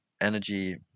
energy